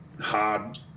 hard